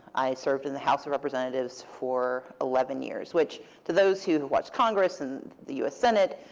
i served in the house of representatives for eleven years. which to those who watch congress and the us senate,